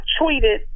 tweeted